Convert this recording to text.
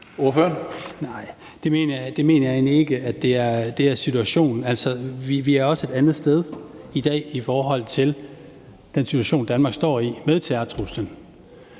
Elmstrøm (M): Nej, det mener jeg ikke er situationen. Altså, vi er også et andet sted i dag i forhold til den situation, Danmark står i med terrortruslen.